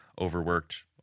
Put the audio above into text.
overworked